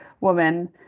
woman